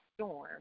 storm